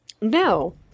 No